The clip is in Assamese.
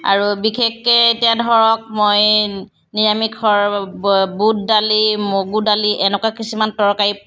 আৰু বিশেষকৈ এতিয়া ধৰক মই নিৰামিষৰ বুট দালি মগু দালি এনেকুৱা কিছুমান তৰকাৰি